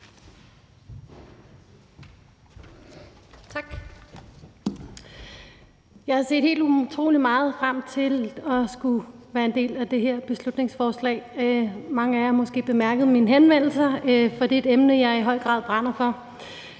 Jeg har set helt utrolig meget frem til at skulle være en del af det her beslutningsforslag. Mange af jer har måske bemærket mine henvendelser, for det er et emne, jeg i høj grad brænder for.